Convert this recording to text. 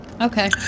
okay